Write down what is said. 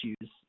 issues